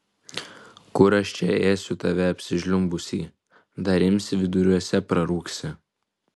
kur aš čia ėsiu tave apsižliumbusį dar imsi viduriuose prarūgsi